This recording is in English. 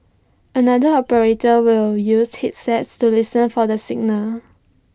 another operator will use headsets to listen for the signal